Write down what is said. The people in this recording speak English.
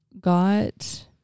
got